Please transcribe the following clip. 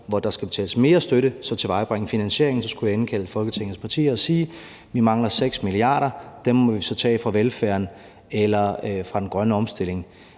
hvor der skal betales mere støtte, tilvejebringe finansieringen, og så skulle jeg indkalde Folketingets partier og sige: Vi mangler 6 mia. kr., og dem må vi så tage fra velfærden eller den grønne omstilling.